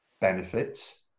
benefits